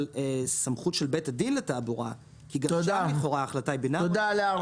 סמכות של בית הדין לתעבורה כי שם לכאורה ההחלטה היא בינארית.